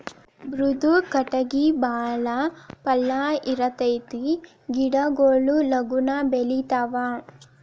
ಮೃದು ಕಟಗಿ ಬಾಳ ಪಳ್ಳ ಇರತತಿ ಗಿಡಗೊಳು ಲಗುನ ಬೆಳಿತಾವ